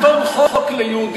יש שלטון חוק ליהודים,